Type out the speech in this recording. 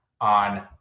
on